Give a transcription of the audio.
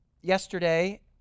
yesterday